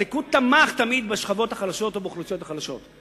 הליכוד תמך תמיד בשכבות החלשות ובאוכלוסיות החלשות.